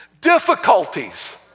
difficulties